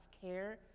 care